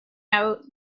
out